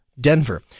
Denver